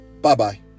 Bye-bye